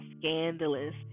scandalous